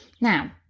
Now